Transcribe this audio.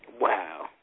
Wow